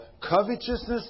covetousness